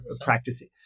practicing